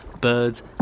birds